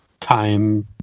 Time